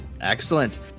Excellent